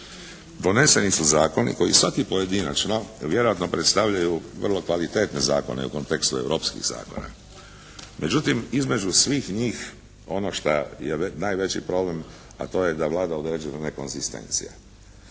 Donseni su zakoni koji svaki pojedinačno vjerojatno predstavljaju vrlo kvalitetne zakone u kontekstu europskih zakona. Međutim između svih njih ono šta je najveći problem a to je da vlada određena nekonzistencija.